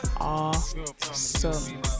awesome